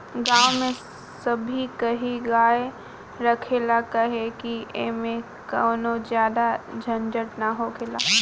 गांव में सभे किहा गाय रखाला काहे कि ऐमें कवनो ज्यादे झंझट ना हखेला